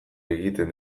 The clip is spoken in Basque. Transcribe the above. egiten